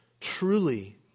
truly